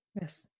Yes